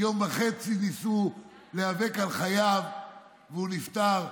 יום וחצי ניסו להיאבק על חייו והוא נפטר.